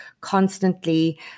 constantly